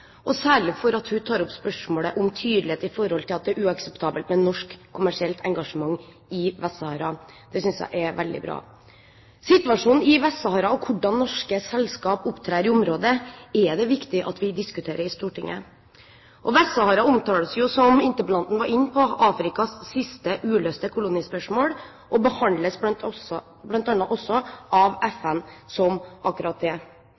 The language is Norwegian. og særlig for at hun tar opp spørsmålet om tydelighet i forhold til at det er uakseptabelt med norsk kommersielt engasjement i Vest-Sahara. Det synes jeg er veldig bra. Situasjonen i Vest-Sahara og hvordan norske selskaper opptrer i området, er det viktig at vi diskuterer i Stortinget. Vest-Sahara omtales jo, som interpellanten var inne på, som Afrikas siste uløste kolonispørsmål og behandles bl.a. også av FN som akkurat det.